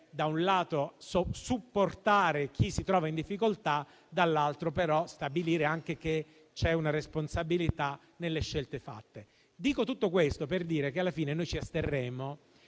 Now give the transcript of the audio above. da un lato occorre supportare chi si trova in difficoltà, dall'altro però occorre stabilire che c'è una responsabilità nelle scelte fatte. Dico tutto questo per dire che alla fine ci asterremo,